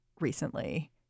recently